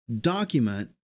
document